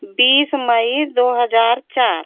बीस मई दो हज़ार चार